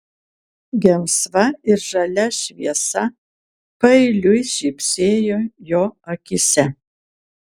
gelsva ir žalia šviesa paeiliui žybsėjo jo akyse